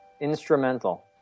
Instrumental